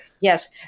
Yes